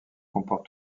comporte